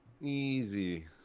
Easy